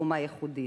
ותרומה ייחודית.